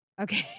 Okay